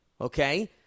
okay